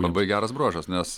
labai geras bruožas nes